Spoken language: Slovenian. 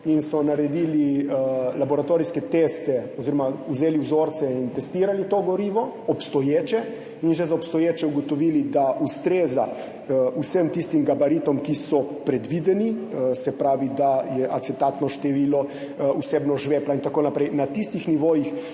in so naredili laboratorijske teste. Vzeli so vzorce in testirali obstoječe gorivo in že za obstoječe ugotovili, da ustreza vsem tistim gabaritom, ki so predvideni, se pravi, da je acetatno število, vsebnost žvepla in tako naprej, na tistih nivojih,